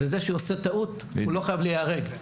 וזה שעושה טעות הוא לא חייב להיהרג.